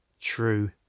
true